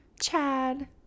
Chad